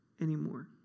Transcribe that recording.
anymore